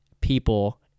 people